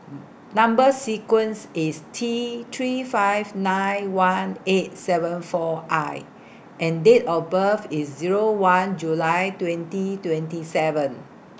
Number sequence IS T three five nine one eight seven four I and Date of birth IS Zero one July twenty twenty seven